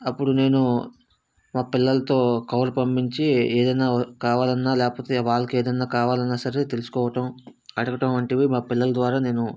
అప్పుడు నేను మా పిల్లలతో కబురు పంపించి ఏదన్నా కావాలన్నా లేకపోతే వాళ్ళకి ఏదన్నా కావాలన్నా సరే తెలుసుకోవడం అడగడం వంటివి మా పిల్లల ద్వారా నేను